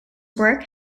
work